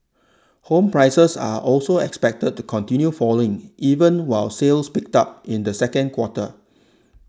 home prices are also expected to continue falling even while sales picked up in the second quarter